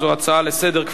זו הצעה לסדר-היום,